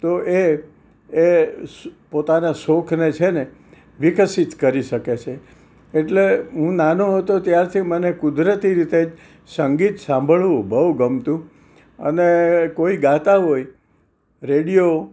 તો એ એ પોતાના શોખને છે ને વિકસિત કરી શકે છે એટલે હું નાનો હતો ત્યારથી મને કુદરતી રીતે સંગીત સાંભળવું બહુ ગમતું અને કોઈ ગાતા હોય રેડિયો